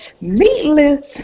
Meatless